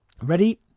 Ready